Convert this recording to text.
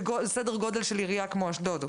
בסדר גודל של עירייה כמו אשדוד.